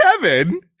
kevin